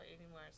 anymore